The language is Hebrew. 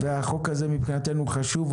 החוק הזה מבחינתנו חשוב.